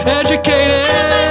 educated